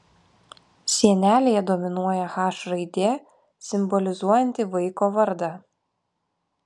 sienelėje dominuoja h raidė simbolizuojanti vaiko vardą